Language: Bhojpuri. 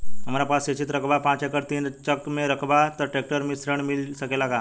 हमरा पास सिंचित रकबा पांच एकड़ तीन चक में रकबा बा त ट्रेक्टर ऋण मिल सकेला का?